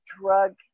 drug